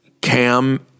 Cam